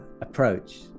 approach